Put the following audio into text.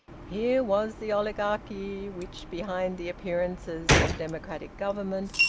here was the oligarchy which, behind the appearances of democratic government,